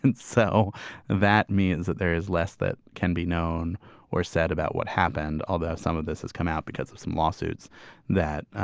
and so that means that there is less that can be known or said about what happened although some of this has come out because of some lawsuits that